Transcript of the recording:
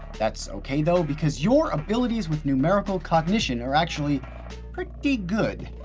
that's okay, though because your abilities with numerical cognition are actually pretty good.